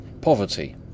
Poverty